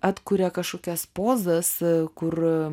atkuria kažkokias pozas kur